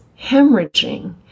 hemorrhaging